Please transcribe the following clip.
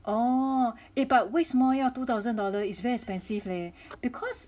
oh but 为什么要 two thousand dollar it's very expensive leh because